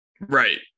Right